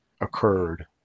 occurred